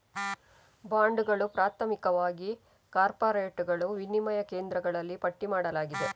ಬಾಂಡುಗಳು, ಪ್ರಾಥಮಿಕವಾಗಿ ಕಾರ್ಪೊರೇಟುಗಳು, ವಿನಿಮಯ ಕೇಂದ್ರಗಳಲ್ಲಿ ಪಟ್ಟಿ ಮಾಡಲಾಗಿದೆ